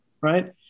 Right